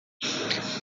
três